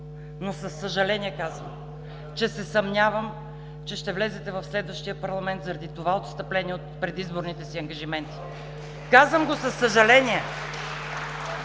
Но, със съжаление казвам, че се съмнявам, че ще влезете в следващия парламент заради това отстъпление от предизборните си ангажименти. (Ръкопляскания